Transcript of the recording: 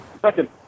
Second